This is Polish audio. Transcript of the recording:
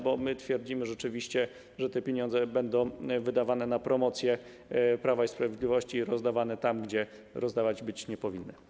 Bo my twierdzimy, że te pieniądze będą wydawane na promocję Prawa i Sprawiedliwości i rozdawane tam, gdzie rozdawane być nie powinny.